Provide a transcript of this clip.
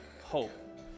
hope